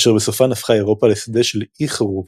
אשר בסופן הפכה אירופה לשדה של עיי חורבות.